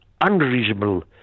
unreasonable